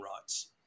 rights